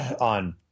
on